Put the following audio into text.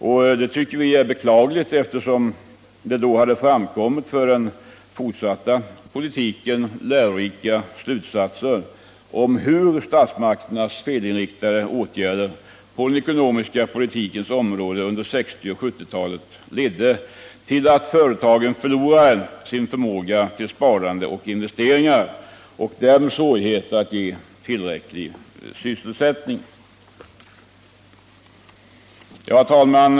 Detta är enligt vår mening beklagligt, eftersom det för den fortsatta politiken skulle kunnat dras värdefulla slutsatser om huru statsmakternas felinriktade åtgärder på den ekonomiska politikens område under 1960 och 1970-talen ledde till att företagen förlorade sin förmåga till sparande och investeringar med svårigheter att ge tillräcklig sysselsättning som följd.